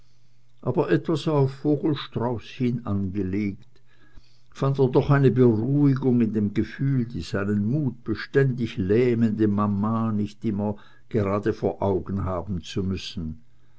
aber etwas auf den vogel strauß hin angelegt fand er doch eine beruhigung in dem gefühl die seinen mut beständig lähmende mama nicht immer gerade vor augen haben zu müssen